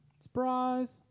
Surprise